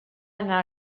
anar